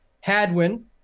Hadwin